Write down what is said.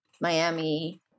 Miami